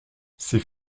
c’est